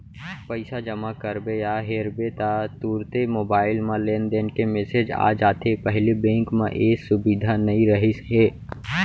पइसा जमा करबे या हेरबे ता तुरते मोबईल म लेनदेन के मेसेज आ जाथे पहिली बेंक म ए सुबिधा नई रहिस हे